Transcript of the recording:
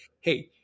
hey